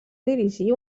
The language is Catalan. dirigí